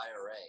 IRA